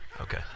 Okay